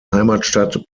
heimatstadt